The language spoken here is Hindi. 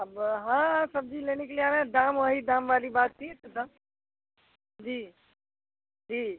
अब हाँ सब्ज़ी लेने के लिए आ रहे हैं दाम वही दाम वाली बात थी तो दाम जी जी